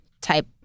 type